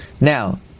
Now